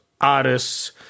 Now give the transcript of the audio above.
artists